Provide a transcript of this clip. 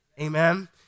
Amen